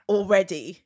Already